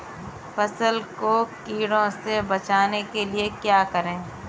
फसल को कीड़ों से बचाने के लिए क्या करें?